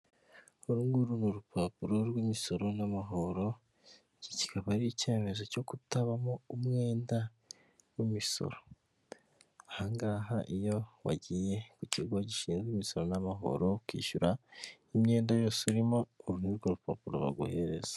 Uru nguru ni urupapuro rw'imisoro n'amahoro, iki kikaba ari icyemezo cyo kutabamo umwenda w'imisoro, aha ngaha iyo wagiye ku kigo gishinzwe imisoro n'amahoro ukishyura imyenda yose urimo, uru ni rwo rupapuro baguhereza.